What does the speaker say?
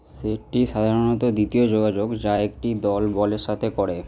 সেটি সাধারণত দ্বিতীয় যোগাযোগ যা একটি দল বলের সাথে করে